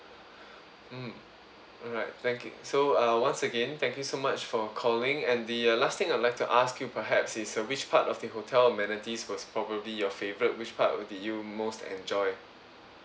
mm alright thank yo~ so uh once again thank you so much for calling and the uh last thing I'd like to ask you perhaps is uh which part of the hotel amenities was probably your favourite which part did you most enjoy